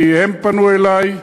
כי הם פנו אלי.